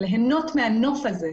ליהנות מהנוף הזה,